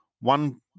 One